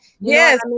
yes